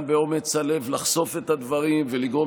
גם באומץ הלב לחשוף את הדברים ולגרום